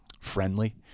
friendly